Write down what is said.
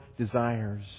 desires